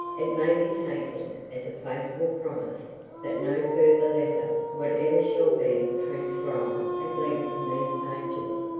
it may be taken as a faithful promise that no further letter whatever shall be transcribed at length in these pages.